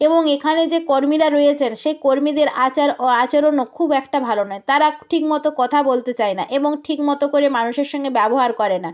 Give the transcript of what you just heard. এবং এখানে যে কর্মীরা রয়েছেন সেই কর্মীদের আচার ও আচরণও খুব একটা ভালো নয় তারা ঠিকমতো কথা বলতে চায় না এবং ঠিকমতো করে মানুষের সঙ্গে ব্যবহার করে না